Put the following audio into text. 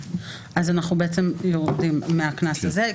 אז אנחנו יורדים מהקנס הזה?